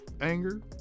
anger